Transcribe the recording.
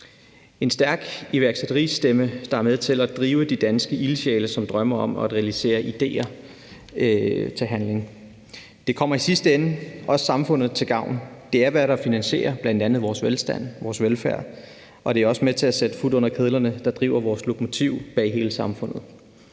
En stærk iværksætteristemme, der er med til at drive de danske ildsjæle, som drømmer om at realisere idéer, så de bliver til handling, kommer i sidste ende også samfundet til gavn. Det er, hvad der finansierer bl.a. vores velstand og vores velfærd, og det er også med til at sætte fut under kedlerne, der driver vores lokomotiv for hele samfundet.